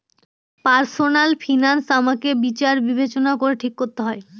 personal finance আমাকে বিচার বিবেচনা করে ঠিক করতে হয়